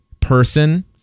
person